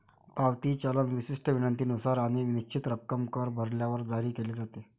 पावती चलन विशिष्ट विनंतीनुसार आणि निश्चित रक्कम कर भरल्यावर जारी केले जाते